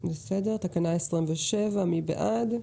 נצביע על תקנה 27. מי בעד?